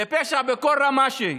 זה פשע בכל רמה שהיא.